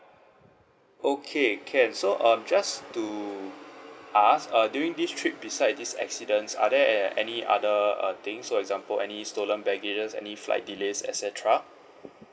okay can so um just to ask err during this trip beside this accidents are there any other uh things for example any stolen baggages any flight delays et cetera